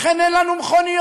לכן אין לנו מכוניות,